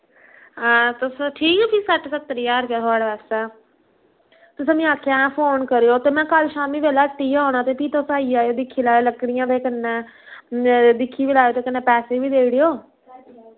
हां तुस ठीक फ्ही सट्ठ सत्तर ज्हार रपेया थोआड़े वास्तै तुसैं मी आक्खेया अहैं फोन करयो ते मैं कल शाम्मी वेल्लै हट्टी गै होना ते फ्ही तुस आई जायो दिक्खी लैयो लकड़ियां ते कन्नै दिक्खी बी लैयो ते कन्नै पैसे बी देइड़ेओ